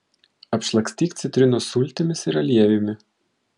apšlakstyk citrinos sultimis ir aliejumi